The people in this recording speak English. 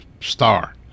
star